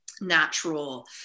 natural